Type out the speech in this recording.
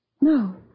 No